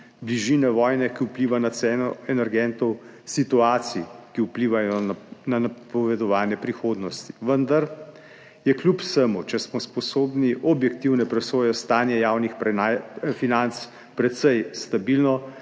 bližine vojne, ki vpliva na ceno energentov, situacij, ki vplivajo na napovedovanje prihodnosti. Vendar je kljub vsemu, če smo sposobni objektivne presoje, stanje javnih financ precej stabilno,